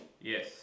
Yes